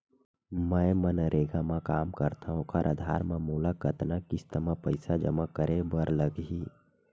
मैं मनरेगा म काम करथव, ओखर आधार म मोला कतना किस्त म पईसा जमा करे बर लगही?